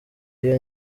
iyo